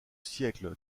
siècle